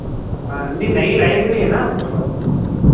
हाँ नहीं नई लाइट भी है ना अपने पास